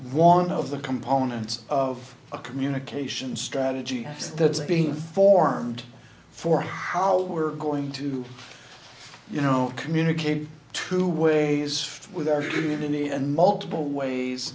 one of the components of a communication strategy that is being formed for how we're going to you know communicate two ways with our community and multiple ways